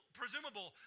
presumable